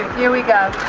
here we go.